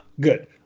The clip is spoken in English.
Good